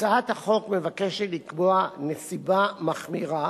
הצעת החוק מבקשת לקבוע נסיבה מחמירה